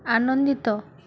ଆନନ୍ଦିତ